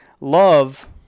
Love